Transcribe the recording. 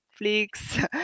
Netflix